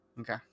Okay